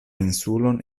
insulon